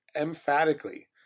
emphatically